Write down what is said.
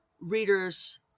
readers